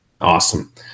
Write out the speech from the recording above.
Awesome